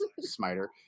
smiter